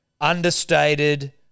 Understated